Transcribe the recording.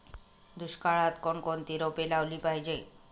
दुष्काळात कोणकोणती रोपे लावली पाहिजे?